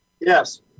yes